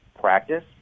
practice